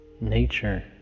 nature